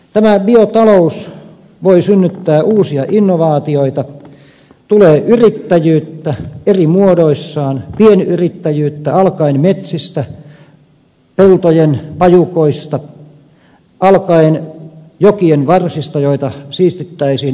tämä biotalous voi synnyttää uusia innovaatioita tulee yrittäjyyttä eri muodoissaan pienyrittäjyyttä alkaen metsistä peltojen pajukoista alkaen jokien varsista joita siistittäisiin ympäristöystävällisiksi